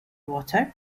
water